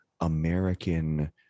American